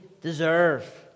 deserve